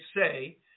say